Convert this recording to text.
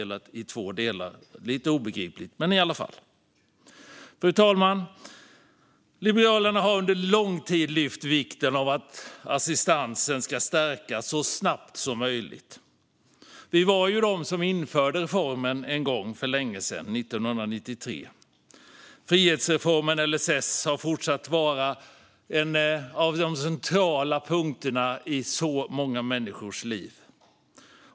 Lite obegripligt, men i alla fall. Fru talman! Liberalerna har under lång tid lyft upp vikten av att assistansen ska stärkas så snabbt som möjligt. Vi var de som införde reformen en gång för länge sedan: 1993. Frihetsreformen LSS har fortsatt att vara en av de centrala punkterna i så många människors liv.